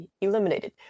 eliminated